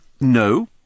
no